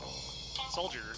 soldier